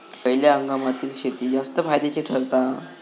खयल्या हंगामातली शेती जास्त फायद्याची ठरता?